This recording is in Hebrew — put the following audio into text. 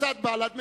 קבוצת בל"ד מסירה,